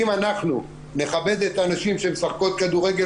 אם אנחנו נכבד את הנשים שמשחקות כדורגל